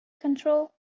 control